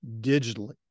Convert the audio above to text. digitally